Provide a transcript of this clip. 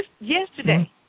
yesterday